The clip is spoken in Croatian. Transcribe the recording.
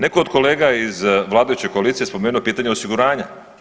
Netko je od kolega iz vladajuće koalicije spomenuo pitanje osiguranja.